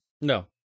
No